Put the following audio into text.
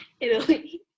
Italy